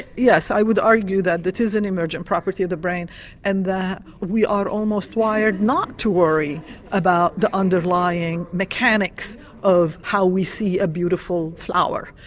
yes, i would argue that it is an emergent property of the brain and that we are almost wired not to worry about the underlying mechanics of how we see a beautiful flower.